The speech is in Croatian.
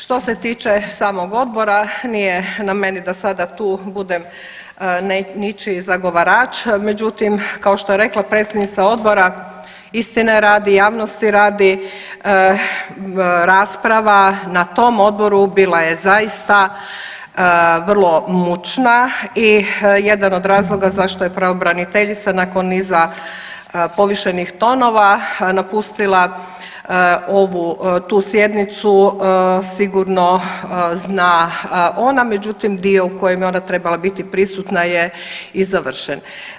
Što se tiče samog odbora nije na meni da sada tu budem ničiji zagovarač, međutim kao što je rekla predsjednica odbora istine radi, javnosti radi, rasprava na tom odboru bila je zaista vrlo mučna i jedan od razloga zašto je pravobraniteljica nakon niza povišenih tonova napustila ovu, tu sjednicu sigurno zna ona, međutim dio u kojem je ona trebala biti prisutna je i završen.